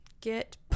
Get